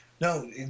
No